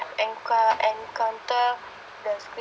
encou~ encounter the